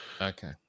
okay